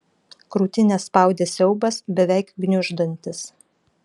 krūtinę spaudė siaubas beveik gniuždantis